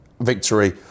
victory